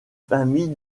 famille